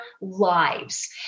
lives